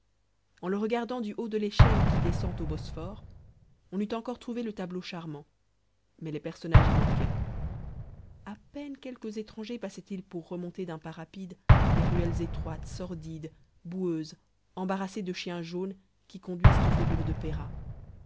en le regardant du haut de l'échelle qui descend au bosphore on eût encore trouvé le tableau charmant mais les personnages y manquaient a peine quelques étrangers passaient ils pour remonter d'un pas rapide les ruelles étroites sordides boueuses embarrassées de chiens jaunes qui conduisent au faubourg